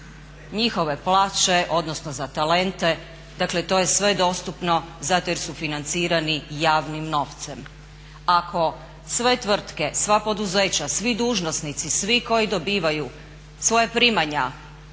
njihove plaće odnosno za talente, dakle to je sve dostupno zato jer su financirani javnim novcem. Ako sve tvrtke, sva poduzeća, svi dužnosnici, svi koji dobivaju svoja primanja